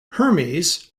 hermes